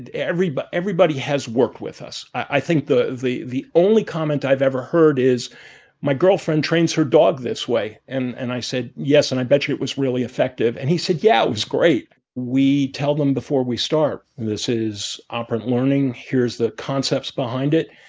and everybody everybody has worked with us. i think the the only comment i've ever heard is my girlfriend trains her dog this way. and and i said, yes. and i bet you it was really effective. and he said, yeah, it was great. we tell them before we start and this is operant learning. here's the concepts behind it.